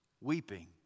weeping